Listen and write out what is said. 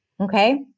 Okay